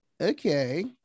Okay